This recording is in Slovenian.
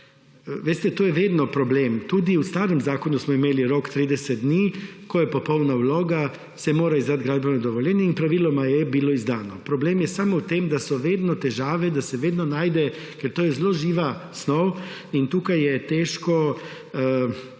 veste, to je vedno problem. Tudi v starem zakonu smo imeli rok 30 dni, ko je vloga popolna, se mora izdati gradbeno dovoljenje. In praviloma je bilo izdano, problem je samo v tem, da so vedno težave, da se vedno najde. Ker to je zelo živa snov in tukaj je težko